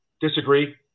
disagree